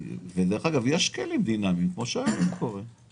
דרך אגב, יש כלים דינמיים, כפי שקורה היום